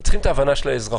צריך את ההבנה של האזרחים.